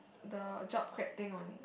the job creating only